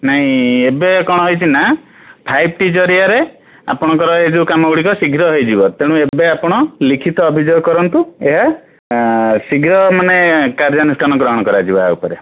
ନାହିଁ ଏବେ କ'ଣ ହେଇଛିନା ଫାଇଭଟି ଜରିଆରେ ଆପଣଙ୍କର ଏଇ ଯେଉଁ କାମଗୁଡ଼ିକ ଶୀଘ୍ର ହେଇଯିବ ତେଣୁ ଏବେ ଆପଣ ଲିଖିତ ଅଭିଯୋଗ କରନ୍ତୁ ଏହା ଶୀଘ୍ର ମାନେ କାର୍ଯ୍ୟାନୁଷ୍ଠାନ ଗ୍ରହଣ କରାଯିବ ଏହା ଉପରେ